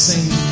Sing